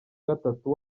gatatu